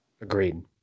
Agreed